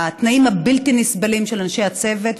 התנאים הבלתי-נסבלים של אנשי הצוות,